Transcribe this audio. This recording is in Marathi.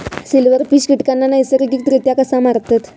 सिल्व्हरफिश कीटकांना नैसर्गिकरित्या कसा मारतत?